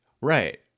Right